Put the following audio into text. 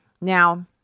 Now